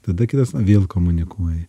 tada kitas vėl komunikuoji